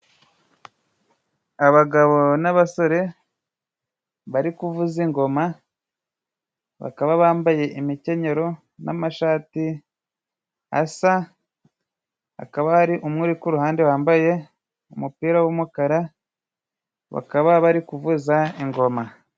Abagabo n'abasore, bari kuvuza ingoma ,bakaba bambaye imikenyero n'amashati asa ,akaba hari umwe uri ku ruhande wambaye umupira w'umukara, bakaba bari kuvuza ingoma.